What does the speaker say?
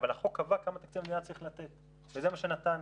אבל החוק קבע כמה תקציב המדינה צריך לתת וזה מה שנתנו.